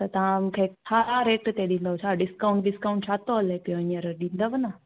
त तव्हां मूंखे छा रेट ते ॾींदव छा डिस्काउंट डिस्काउंट छा थो हले पियो हीअंर ॾींदव न